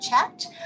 checked